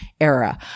era